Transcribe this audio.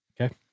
Okay